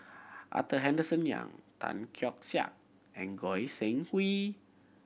Arthur Henderson Young Tan Keong Saik and Goi Seng Hui